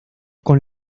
con